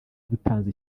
dutanze